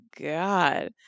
god